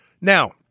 Now